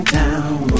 town